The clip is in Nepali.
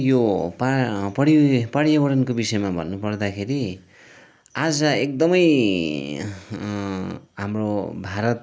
यो पर्यावरणको विषयमा भन्नु पर्दाखेरि आज एकदमै हाम्रो भारत